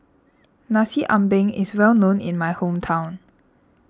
Nasi Ambeng is well known in my hometown